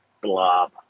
blob